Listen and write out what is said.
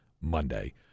Monday